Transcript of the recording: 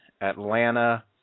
Atlanta